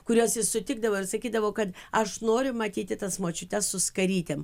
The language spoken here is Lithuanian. kuriuos jis sutikdavo ir sakydavo kad aš noriu matyti tas močiutes su skarytėm